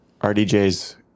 RDJ's